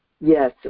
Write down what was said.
yes